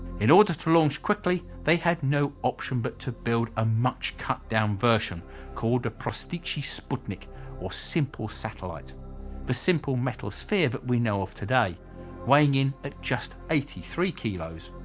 in order to launch quickly they had no option but to build a much cut-down version called the prosteyshiy sputnik or simple satellite the simple metal sphere that we know of today weighing in at just eighty three kg.